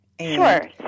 Sure